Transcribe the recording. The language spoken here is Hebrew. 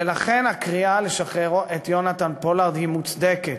ולכן הקריאה לשחררו את יונתן פולארד היא מוצדקת,